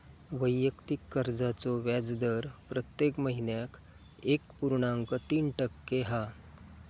वैयक्तिक कर्जाचो व्याजदर प्रत्येक महिन्याक एक पुर्णांक तीन टक्के हा